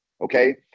Okay